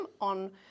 on